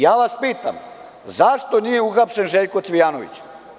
Ja vas pitam – zašto nije uhapšen Željko Cvijanović?